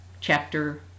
Chapter